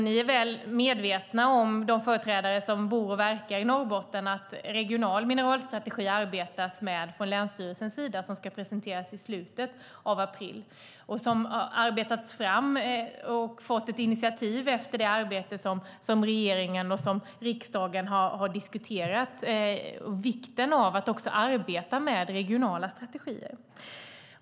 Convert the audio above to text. Ni och de företrädare som bor och verkar i Norrbotten är väl medvetna om att det arbetas med en regional mineralstrategi från länsstyrelsens sida som ska presenteras i slutet av april. Den har arbetats fram och fått ett initiativ efter det arbete som regeringen och riksdagen har diskuterat, med vikten av att arbeta med regionala strategier.